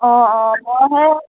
অঁ অঁ মইহে